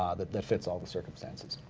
um that that fits all the circumstances.